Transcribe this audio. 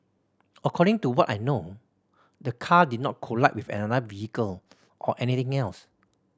according to what I know the car did not collide with another vehicle or anything else